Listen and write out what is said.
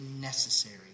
necessary